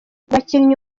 abakinnyi